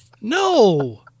no